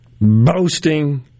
boasting